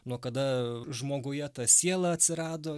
nuo kada žmoguje ta siela atsirado